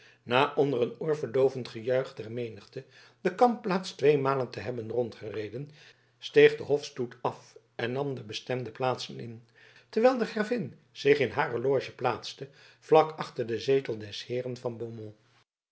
na onder een oorverdoovend gejuich der menigte de kampplaats tweemalen te hebben rondgereden steeg de hofstoet af en nam de bestemde plaatsen in terwijl de gravin zich in hare loge plaatste vlak achter den zetel des heeren van